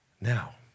now